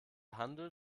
handel